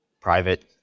private